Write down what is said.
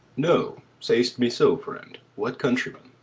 no, say'st me so, friend? what countryman?